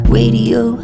Radio